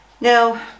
now